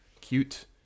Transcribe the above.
cute